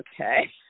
okay